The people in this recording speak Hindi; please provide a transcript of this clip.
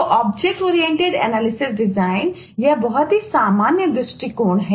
तो OOAD यह एक बहुत ही सामान्य दृष्टिकोण है